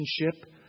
relationship